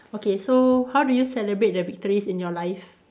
okay so how do you celebrate the victories in your life